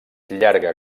llarga